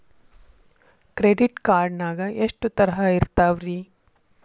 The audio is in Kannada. ಕ್ರೆಡಿಟ್ ಕಾರ್ಡ್ ನಾಗ ಎಷ್ಟು ತರಹ ಇರ್ತಾವ್ರಿ?